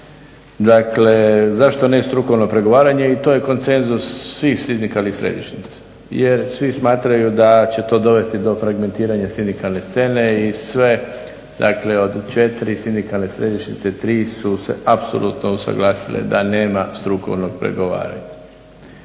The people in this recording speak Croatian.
Dakle, zašto ne strukovno pregovaranje i to je konsenzus svih sindikalnih središnjica jer svi smatraju da će to dovesti do fragmentiranja sindikalne scene i sve dakle, četiri sindikalne središnjice, tri su se apsolutno usuglasile da nema strukovnog pregovaranja.